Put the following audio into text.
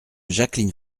jacqueline